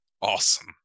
Awesome